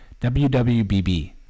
WWBB